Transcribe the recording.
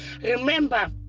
Remember